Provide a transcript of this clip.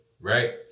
right